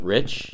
Rich